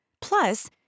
Plus